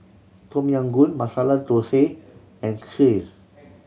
Tom Yam Goong Masala Dosa and Kheer